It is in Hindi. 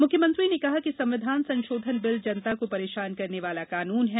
मुख्यमंत्री ने कहा कि संविधान संशोधन बिल जनता को परेशान करने वाला कानून है